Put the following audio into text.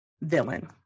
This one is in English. villain